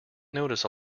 notice